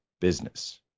business